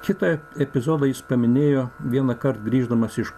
kitą epizodą jis paminėjo vienąkart grįždamas iš